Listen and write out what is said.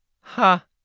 Ha